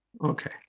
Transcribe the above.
Okay